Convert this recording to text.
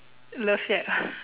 love shack ah